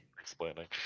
explaining